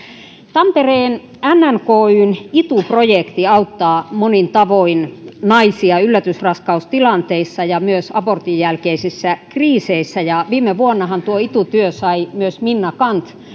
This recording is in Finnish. tampereen nnkyn itu projekti auttaa monin tavoin naisia yllätysraskaustilanteissa ja myös abortin jälkeisissä kriiseissä ja viime vuonnahan tuo itu työ sai myös minna canth